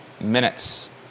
minutes